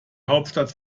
hauptstadt